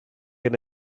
and